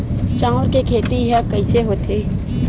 चांउर के खेती ह कइसे होथे?